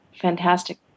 fantastic